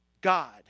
God